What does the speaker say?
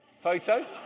photo